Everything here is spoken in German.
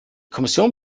kommission